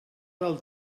del